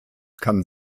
kann